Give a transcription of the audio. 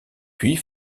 puis